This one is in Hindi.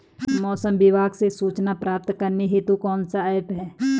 मौसम विभाग से सूचना प्राप्त करने हेतु कौन सा ऐप है?